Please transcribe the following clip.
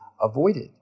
avoided